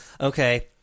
Okay